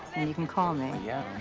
and you can call me. yeah,